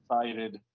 excited